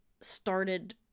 started